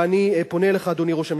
ואני פונה אליך, אדוני ראש הממשלה.